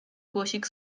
głosik